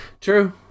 True